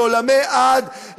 לעולמי עד,